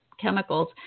chemicals